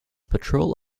patrol